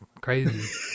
crazy